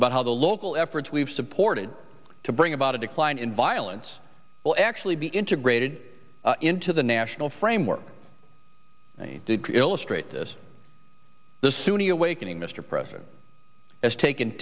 about how the local efforts we've supported to bring about a decline in violence will actually be integrated into the national framework illustrate this the sunni awakening mr president has taken